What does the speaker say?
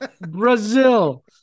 Brazil